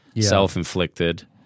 self-inflicted